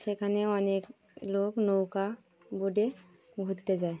সেখানে অনেক লোক নৌকা বোটে ঘুরতে যায়